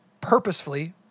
purposefully